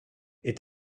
est